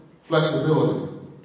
Flexibility